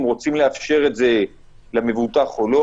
אם רוצים לאפשר את זה למבוטח או לא.